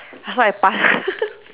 so I pass